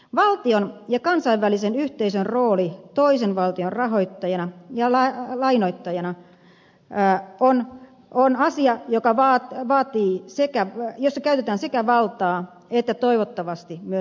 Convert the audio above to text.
valtion ja kansainvälisen yhteisön rooli toisen valtion rahoittajana ja lainoittajana on asia jossa käytetään sekä valtaa että toivottavasti myös vastuuta